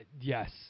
yes